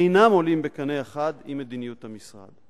אינם עולים בקנה אחד עם מדיניות המשרד.